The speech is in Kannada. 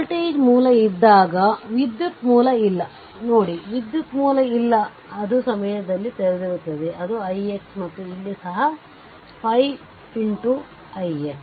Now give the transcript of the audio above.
ವೋಲ್ಟೇಜ್ ಮೂಲ ಇದ್ದಾಗ ವಿದ್ಯುತ್ ಮೂಲ ಇಲ್ಲ ನೋಡಿ ವಿದ್ಯುತ್ ಮೂಲ ಇಲ್ಲ ಅದು ಆ ಸಮಯದಲ್ಲಿ ತೆರೆದಿರುತ್ತದೆ ಅದು ix " ಮತ್ತು ಇಲ್ಲಿ ಸಹ ಅದು 5 ix "